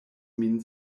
min